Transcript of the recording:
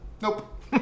Nope